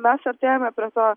mes artėjame prie to